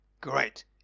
Great